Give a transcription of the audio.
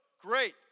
Great